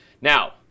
Now